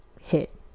hit